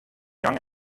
young